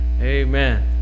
Amen